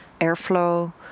Airflow